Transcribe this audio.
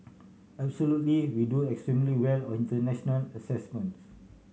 absolutely we do extremely well on international assessments